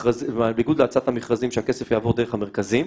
להצעת המכרזים שהכסף יעבור דרך המרכזים,